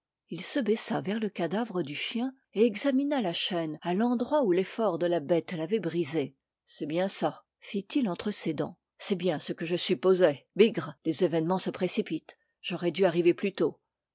il se baissa vers le cadavre du chien et examina la chaîne à l'endroit où l'effort de la bête l'avait brisée c'est bien ça fit-il entre ses dents c'est bien ce que je supposais bigre les événements se précipitent j'aurais dû arriver plus tôt